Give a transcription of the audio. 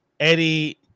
Eddie